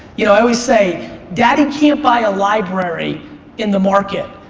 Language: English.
you know i always say daddy can't buy a library in the market.